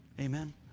Amen